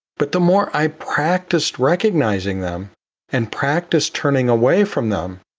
but the more i practiced recognizing them and practice turning away from them.